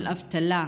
של אבטלה,